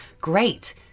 great